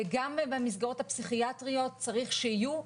גם במסגרות הפסיכיאטריות צריך שיהיו,